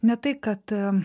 ne tai kad